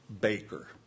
Baker